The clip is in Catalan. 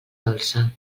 dolça